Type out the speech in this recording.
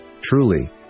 truly